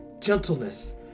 gentleness